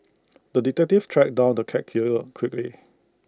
the detective tracked down the cat killer quickly